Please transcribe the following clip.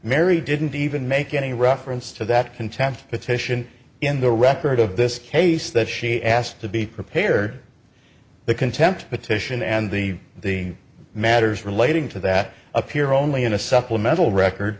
mary didn't even make any reference to that contempt petition in the record of this case that she asked to be prepared the contempt petition and the the matters relating to that appear only in a supplemental record